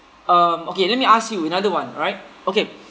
um okay let me ask you another one right okay